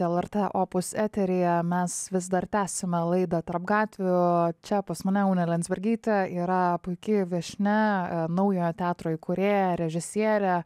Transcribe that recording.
lrt opus eteryje mes vis dar tęsiame laidą tarp gatvių čia pas mane unė liandzbergytė yra puiki viešnia naujojo teatro įkūrėja režisierė